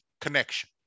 connection